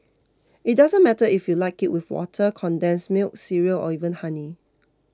it doesn't matter if you like it with water condensed milk cereal or even honey